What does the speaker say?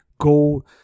go